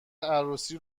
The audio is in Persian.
عروسی